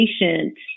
patient